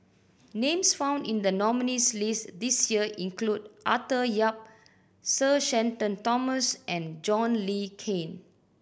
names found in the nominees' list this year include Arthur Yap Sir Shenton Thomas and John Le Cain